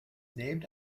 named